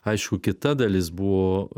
aišku kita dalis buvo